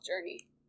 journey